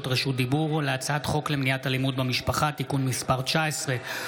רשות דיבור להצעת חוק למניעת אלימות במשפחה (תיקון מס' 19,